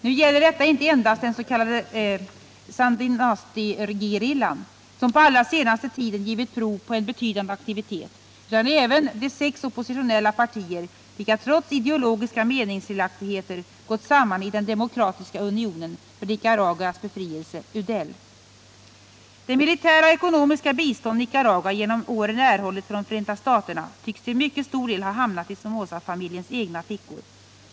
Nu gäller detta inte endast den så kallade Sandinistagerillan, som på allra senaste tid givit prov på en betydande aktivitet, utan även de sex oppositionella partier vilka trots ideologiska meningsskiljaktigheter gått samman i den demokratiska unionen för Nicaraguas befrielse . Det militära och ekonomiska bistånd Nicaragua genom åren erhållit från Förenta staterna tycks till mycket stor del ha hamnat i Somozafamiljens egna fickor.